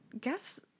guess